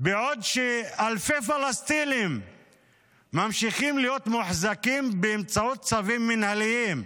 בעוד שאלפי פלסטינים ממשיכים להיות מוחזקים באמצעות צווים מינהליים.